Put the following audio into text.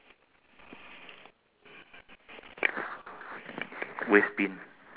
mm green colour one recy~ my one the first one is recycle the second one is a waste